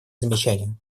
замечания